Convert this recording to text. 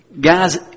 Guys